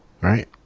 right